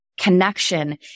connection